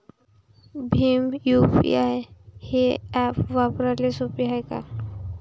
Bhim UPI हे app वापराले सोपे हाय का?